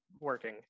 working